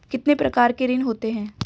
कितने प्रकार के ऋण होते हैं?